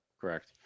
correct